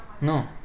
No